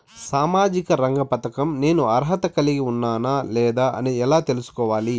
సామాజిక రంగ పథకం నేను అర్హత కలిగి ఉన్నానా లేదా అని ఎలా తెల్సుకోవాలి?